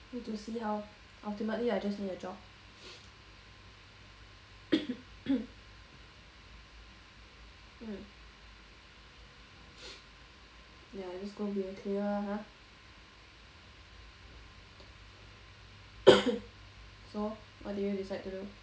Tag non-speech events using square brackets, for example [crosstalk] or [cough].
need to see how ultimately I just need a job [noise] [coughs] mm ya just go be a cleaner lah [coughs] so what did you decide to do